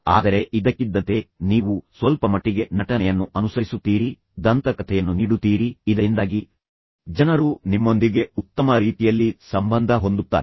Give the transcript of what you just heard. ಆದರೆ ಇದ್ದಕ್ಕಿದ್ದಂತೆ ನೀವು ಸ್ವಲ್ಪಮಟ್ಟಿಗೆ ನಟನೆಯನ್ನು ಅನುಸರಿಸುತ್ತೀರಿ ತಮಾಷೆಯ ಸಂಗತಿಯನ್ನು ದಂತಕಥೆಯನ್ನು ನೀಡುತ್ತೀರಿ ಇದರಿಂದಾಗಿ ಜನರು ನಿಮ್ಮೊಂದಿಗೆ ಉತ್ತಮ ರೀತಿಯಲ್ಲಿ ಸಂಬಂಧ ಹೊಂದುತ್ತಾರೆ